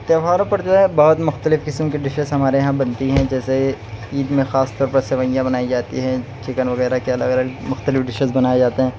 تیوہاروں پر جو ہے بہت مختلف قسم کی ڈسز ہمارے یہاں بنتی ہیں جیسے عید میں خاص طور پر سوئیاں بنائی جاتی ہیں چکن وغیرہ کے الگ الگ مختلف ڈشز بنائے جاتے ہیں